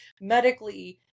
medically